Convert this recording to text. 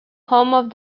home